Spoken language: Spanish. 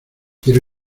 quiero